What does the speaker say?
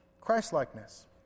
Christlikeness